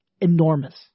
Enormous